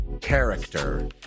character